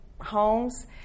homes